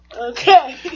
Okay